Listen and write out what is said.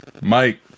Mike